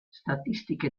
statistiche